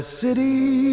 city